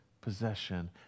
possession